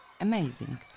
amazing